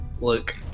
look